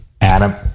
Adam